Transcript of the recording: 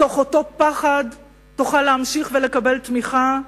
מתוך אותו פחד, תוכל להמשיך לקבל תמיכה?